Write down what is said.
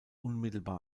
unmittelbar